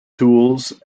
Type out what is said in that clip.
tools